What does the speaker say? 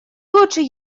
лучше